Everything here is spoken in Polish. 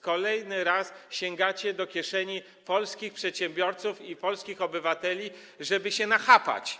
Kolejny raz sięgacie do kieszeni polskich przedsiębiorców i polskich obywateli, żeby się nachapać.